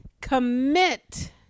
commit